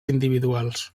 individuals